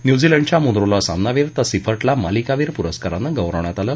न्युझीलंडच्या मुन्रोला सामनावीर तर सिफर्टला मालिकावीर पुरस्कारानं गौरवण्यात आलं